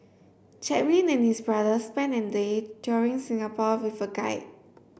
Chaplin and his brother spent an day touring Singapore with a guide